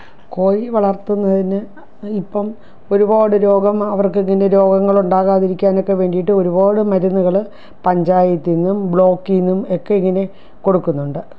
കോഴി വളർത്തുന്നതിന് ഇപ്പോള് ഒരുപാട് രോഗം അവർക്ക് ഇങ്ങനെ രോഗങ്ങളുണ്ടാകാതിരിക്കാനൊക്കെ വേണ്ടിയിട്ട് ഒരുപാട് മരുന്നുകള് പഞ്ചായത്തീന്നും ബ്ലോക്കീന്നും ഒക്കെ ഇങ്ങനെ കൊടുക്കുന്നുണ്ട്